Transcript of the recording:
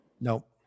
Nope